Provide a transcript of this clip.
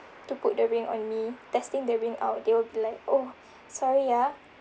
to put the ring on me testing the ring out they'll be like oh sorry ya